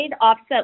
offset